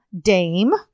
Dame